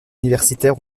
universitaires